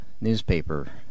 newspaper